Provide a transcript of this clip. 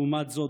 לעומת זאת,